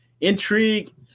Intrigue